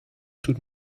tut